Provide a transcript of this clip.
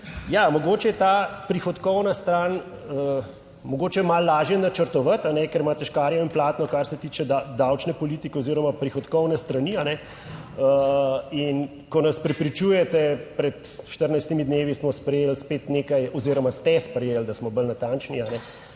Ja, mogoče je ta prihodkovna stran mogoče malo lažje načrtovati, ker imate škarje in platno, kar se tiče davčne politike oziroma prihodkovne strani, in ko nas prepričujete, pred 14 dnevi smo sprejeli spet nekaj oziroma ste sprejeli, da smo bolj natančni,